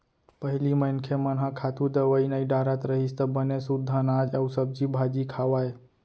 पहिली मनखे मन ह खातू, दवई नइ डारत रहिस त बने सुद्ध अनाज अउ सब्जी भाजी खावय